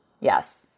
yes